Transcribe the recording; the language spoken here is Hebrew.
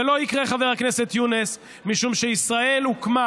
זה לא יקרה, חבר הכנסת יונס, משום שישראל הוקמה